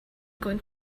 going